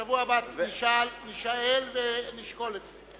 בשבוע הבא הוא יישאל, ונשקול את זה.